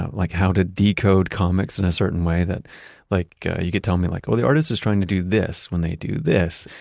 like how to decode comics in a certain way, that like ah you you could tell me like, well, the artist is trying to do this when they do this.